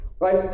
right